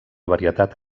varietat